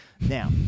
Now